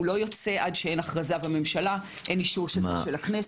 הוא לא יוצא עד שאין הכרזה בממשלה ואין אישור של הכנסת.